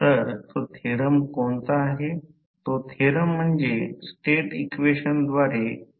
तर तेथे जे काही लोहाचे लॉस होईल ते स्थिर आणि 24 तास राहील